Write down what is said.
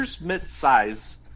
mid-size